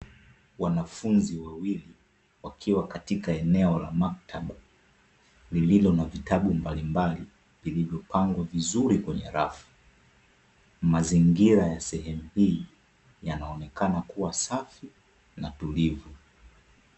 Wanafunzi wawili, wakiwa katika eneo la maktaba, lililo na vitabu mbalimbali vilivyopangwa vizuri kwenye rafu. Mazingira ya sehemu hii yanaonekana kuwa safi na tulivu.